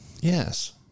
Yes